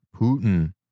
Putin